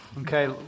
Okay